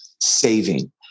saving